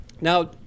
now